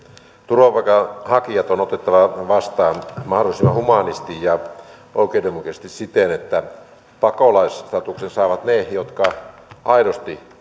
turvapaikanhakijat on otettava vastaan mahdollisimman humaanisti ja oikeudenmukaisesti siten että pakolaisstatuksen saavat ne jotka aidosti